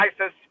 ISIS